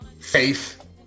Faith